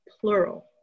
plural